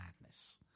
Madness